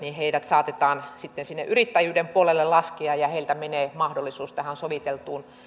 saatetaan sitten sinne yrittäjyyden puolelle laskea ja heiltä menee mahdollisuus tähän soviteltuun